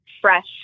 fresh